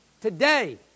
today